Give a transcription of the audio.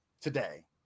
today